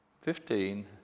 fifteen